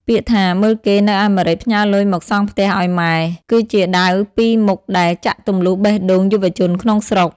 ពាក្យថា "មើលគេនៅអាមេរិកផ្ញើលុយមកសង់ផ្ទះឱ្យម៉ែ" គឺជាដាវពីរមុខដែលចាក់ទម្លុះបេះដូងយុវជនក្នុងស្រុក។